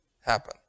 happen